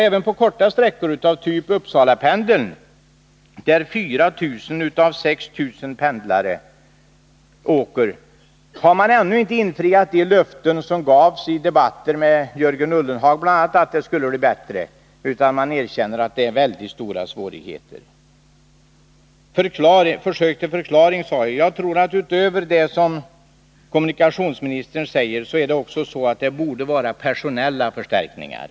Även på korta sträckor, av typen Uppsalapendeln, där 4000 av 6 000 pendlare åker, har ännu inte de löften som gavs bl.a. i debatten med Jörgen Ullenhag om att det skulle bli bättre infriats, utan man erkänner nu vid SJ att det fortfarande är stora svårigheter. Jag talade om försök till förklaring. Utöver de förbättringar som kommunikationsministern nämnde tror jag att det också borde sättas in personella förstärkningar.